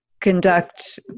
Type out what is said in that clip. conduct